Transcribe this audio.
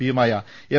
P യുമായ M